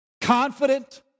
Confident